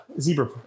zebra